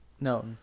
No